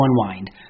unwind